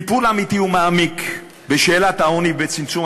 טיפול אמיתי ומעמיק בשאלת העוני וצמצום